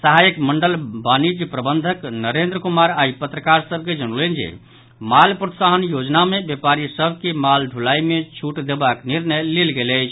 सहायक मंडल वाणिज्य प्रबंधक नरेन्द्र कुमार आई पत्रकार सभके जनौलनि जे माल प्रोत्साहन योजना मे व्यापारी सभ के माल ढुलाई मे छूट देबाक निर्णय लेल गेल अछि